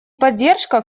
поддержка